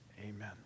amen